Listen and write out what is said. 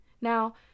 Now